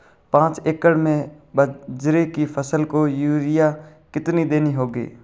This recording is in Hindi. पांच एकड़ में बाजरे की फसल को यूरिया कितनी देनी होगी?